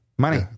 Money